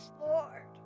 Lord